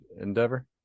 endeavor